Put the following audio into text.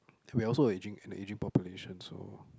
we're also a aging an aging population so